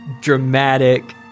dramatic